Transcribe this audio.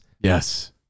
Yes